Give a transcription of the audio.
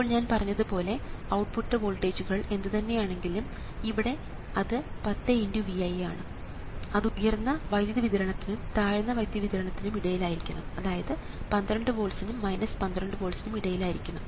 ഇപ്പോൾ ഞാൻ പറഞ്ഞതുപോലെ ഔട്ട്പുട്ട് വോൾട്ടേജുകൾ എന്തുതന്നെ ആണെങ്കിലും ഇവിടെ അത് 10 Vi ആണ് അത് ഉയർന്ന വൈദ്യുത വിതരണത്തിനും താഴ്ന്ന വൈദ്യുത വിതരണത്തിനും ഇടയിലായിരിക്കണം അതായത് 12 വോൾട്സ്നും 12 വോൾട്സ്നും ഇടയിലായിരിക്കണം